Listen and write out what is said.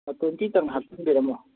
ꯍꯣ ꯇ꯭ꯋꯦꯟꯇꯤꯇꯪ ꯍꯥꯞꯆꯟꯕꯤꯔꯝꯃꯣ